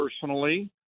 personally